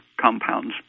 compounds